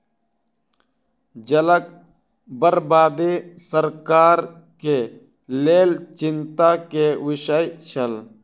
जलक बर्बादी सरकार के लेल चिंता के विषय छल